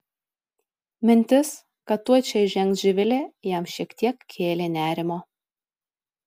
mintis kad tuoj čia įžengs živilė jam šiek tiek kėlė nerimo